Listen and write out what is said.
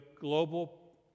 global